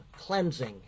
cleansing